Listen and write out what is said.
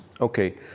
okay